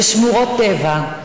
ושמורות טבע,